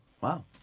Wow